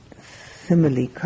simile